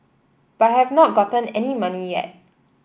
but I have not gotten any money yet